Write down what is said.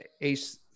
ace